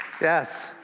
Yes